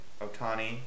Otani